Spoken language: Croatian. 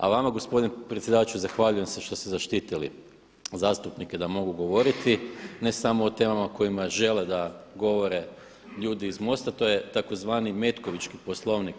A vama gospodine predsjedavajući zahvaljujem se što ste zaštitili zastupnike da mogu govoriti ne samo o temama o kojima žele da govore ljudi iz MOST-a, to je tzv. metkovićki poslovnik.